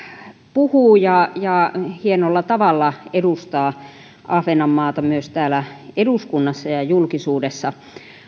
puhuu ja ja hienolla tavalla edustaa ahvenanmaata myös täällä eduskunnassa ja ja julkisuudessa